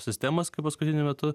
sistemos kai paskutiniu metu